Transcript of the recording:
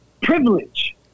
privilege